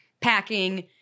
packing